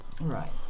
Right